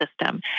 system